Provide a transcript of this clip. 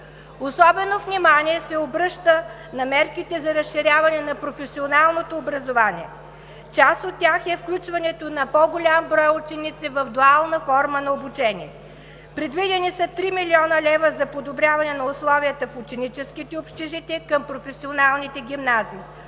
Особено внимание се обръща на мерките за разширяване на професионалното образование. Част от тях е включването на по-голям брой ученици в дуална форма на обучение. Предвидени са 3 млн. лв. за подобряване на условията в ученическите общежития към професионалните гимназии.